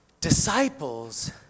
Disciples